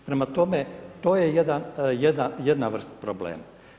Prema tome to je jedna vrsta problema.